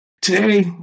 Today